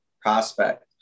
prospect